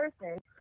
person